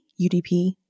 UDP